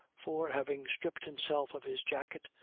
for, having stripped himself of his jacket,